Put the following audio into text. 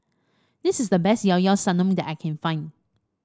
this is the best Llao Llao Sanum that I can find